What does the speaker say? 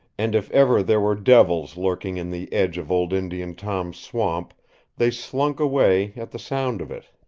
and if ever there were devils lurking in the edge of old indian tom's swamp they slunk away at the sound of it.